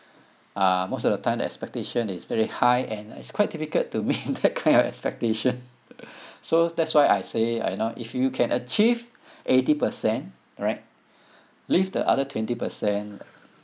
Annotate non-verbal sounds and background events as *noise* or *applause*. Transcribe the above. uh most of the time the expectation is very high and it's quite difficult to meet that kind of expectation *laughs* so that's why I say I not if you can achieve eighty percent right leave the other twenty percent